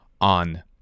on